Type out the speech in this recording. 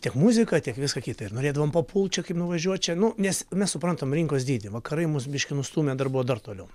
tiek muziką tiek visą kitą ir norėdavom papult čia kaip nuvažiuot čia nu nes mes suprantam rinkos dydį vakarai mus biškį nustūmė dar buvo dar toliau